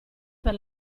per